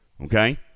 okay